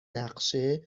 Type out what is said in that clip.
نقشه